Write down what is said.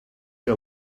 que